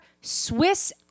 Swiss